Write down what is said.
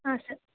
ಹಾಂ ಸರ್